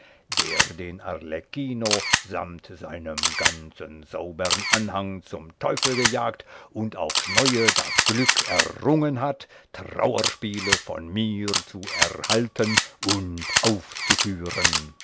der den arlecchino samt seinem ganzen saubern anhang zum teufel gejagt und aufs neue das glück errungen hat trauerspiele von mir zu erhalten und aufzuführen